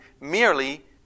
merely